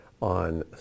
on